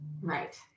Right